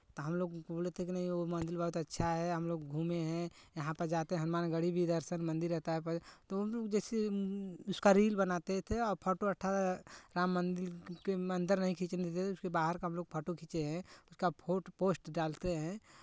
तो हम लोग बोले थे कि नहीं वो मंदिर बहुत अच्छा है हम लोग घूमें हैं यहाँ पर जाते हैं हनुमान गढ़ी भी दर्शन मंदिर रहता है या पर तो हम लोग जैसे उसका रील बनाते थे और फोटो राम मंदिर के में अंदर नहीं खींचने देते उसके बाहर का हम लोग फोटो खींचे हैं उसका फोटो पोस्ट डालते हैं